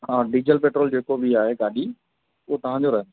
हा diesel petrol जेको बि आहे गाॾी उहो तव्हांजो रहंदुव